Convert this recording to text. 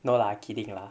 no lah kidding lah